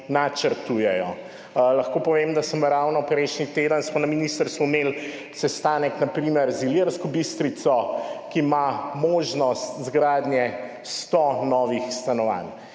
načrtujejo. Lahko povem primer, da smo imeli ravno prejšnji teden na ministrstvu sestanek z Ilirsko Bistrico, ki ima možnost izgradnje sto novih stanovanj.